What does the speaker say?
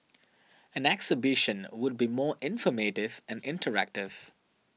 an exhibition would be more informative and interactive